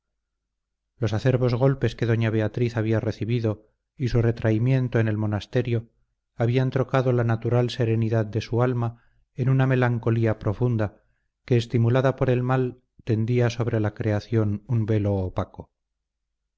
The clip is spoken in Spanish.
los acerbos golpes que doña beatriz había recibido y su retraimiento en el monasterio habían trocado la natural serenidad de su alma en una melancolía profunda que estimulada por el mal tendía sobre la creación un velo opaco